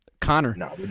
Connor